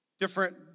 different